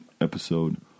episode